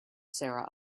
sarah